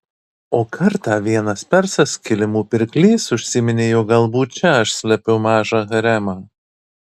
o kartą vienas persas kilimų pirklys užsiminė jog galbūt čia aš slepiu mažą haremą